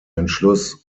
entschluss